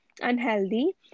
unhealthy